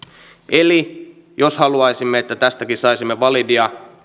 eli jos haluaisimme että tästäkin saisimme validia